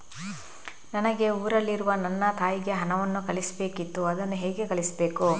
ನನಗೆ ಊರಲ್ಲಿರುವ ನನ್ನ ತಾಯಿಗೆ ಹಣವನ್ನು ಕಳಿಸ್ಬೇಕಿತ್ತು, ಅದನ್ನು ಹೇಗೆ ಕಳಿಸ್ಬೇಕು?